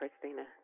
Christina